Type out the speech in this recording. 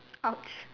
!ouch!